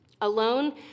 Alone